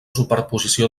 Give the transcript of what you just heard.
superposició